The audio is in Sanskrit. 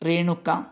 रेणुका